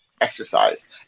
exercise